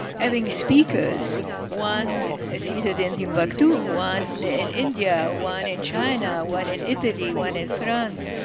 having speakers one ah seated in timbuktu, one in india, one in china, one in italy, one in france,